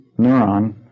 neuron